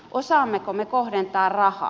osaammeko me kohdentaa rahaa